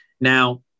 now